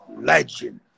legend